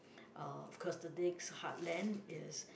uh of course the next heartland is